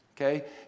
okay